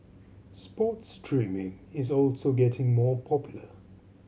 sports streaming is also getting more popular